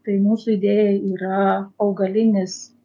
tai mūsų idėja yra augalinis